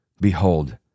Behold